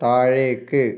താഴേക്ക്